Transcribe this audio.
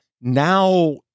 now